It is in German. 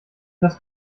das